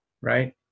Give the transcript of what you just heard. Right